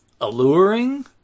alluring